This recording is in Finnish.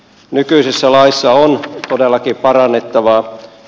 nykyisessä laissa on todellakin parannettavaa